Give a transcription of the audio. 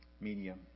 medium